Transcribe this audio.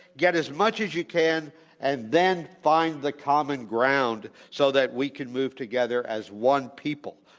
get as much as you can and then find the common ground so that we can move together as one people,